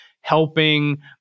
helping